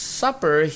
supper